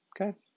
Okay